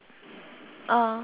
uppercase